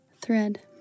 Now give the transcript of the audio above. Thread